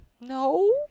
No